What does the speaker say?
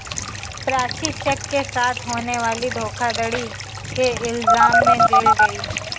Prachi cheque के साथ होने वाली धोखाधड़ी के इल्जाम में जेल गई